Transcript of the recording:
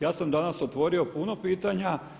Ja sam danas otvorio puno pitanja.